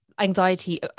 anxiety